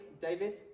David